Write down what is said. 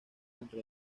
dentro